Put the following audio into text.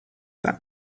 that